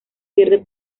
pierde